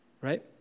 Right